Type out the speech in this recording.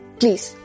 please